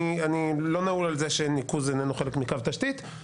אני לא נעול על זה שניקוז איננו חלק מקו תשתית,